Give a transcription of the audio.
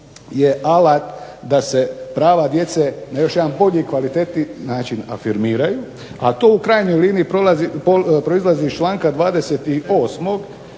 je alat da se prava djece na bolji kvalitetniji način afirmiraju a to u krajnjoj liniji proizlazi iz članka 28.